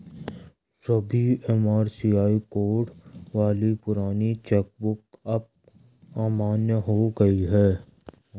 सभी MICR code वाली पुरानी चेक बुक अब अमान्य हो गयी है